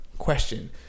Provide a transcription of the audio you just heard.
question